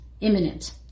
Imminent